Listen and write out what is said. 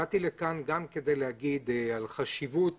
באתי לכאן גם כדי לדבר על חשיבות